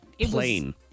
plain